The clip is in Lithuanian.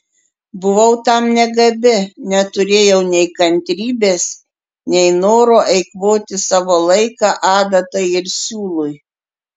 buvau tam negabi neturėjau nei kantrybės nei noro eikvoti savo laiką adatai ir siūlui